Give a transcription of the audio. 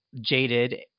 jaded